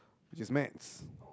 which is maths